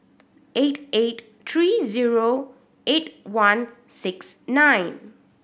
eight eight three zero eight one six nine